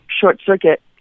short-circuit